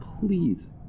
please